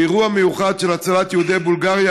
זה אירוע מיוחד של הצלת יהודי בולגריה,